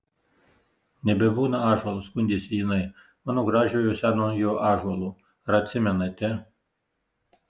nebebūna ąžuolo skundėsi jinai mano gražiojo senojo ąžuolo ar atsimenate